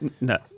No